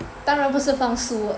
当然不是放书